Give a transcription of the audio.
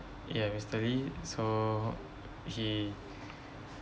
yeah mister lee so he